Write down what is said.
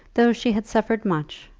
though she had suffered much,